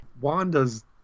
wanda's